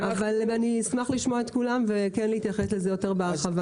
אני אשמח לשמוע את כולם ולהתייחס לזה יותר בהרחבה.